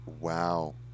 Wow